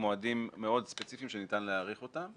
מועדים מאוד ספציפיים שניתן להאריך אותם.